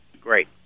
Great